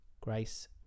Grace